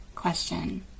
question